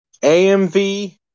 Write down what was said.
AMV